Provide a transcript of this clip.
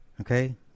Okay